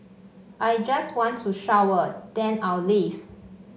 I just want to shower then I'll leave